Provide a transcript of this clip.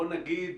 בואו נגיד,